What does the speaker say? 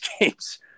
games